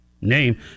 name